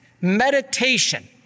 meditation